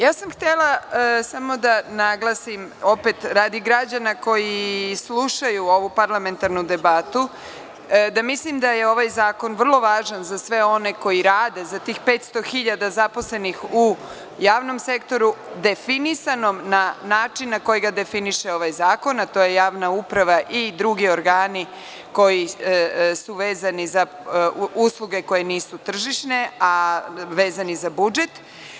Ja sam htela samo da naglasim, opet radi građana koji slušaju ovu parlamentarnu debatu, da mislim da je ovaj zakon vrlo važan za sve one koji rade, za tih 500 hiljada zaposlenih u javnom sektoru, definisanom na način na koji ga definiše ovaj zakon, a to je javna uprava i drugi organi koji su vezani za usluge koje nisu tržišne, a vezani za budžet.